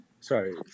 Sorry